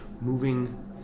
moving